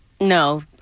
no